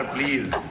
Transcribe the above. Please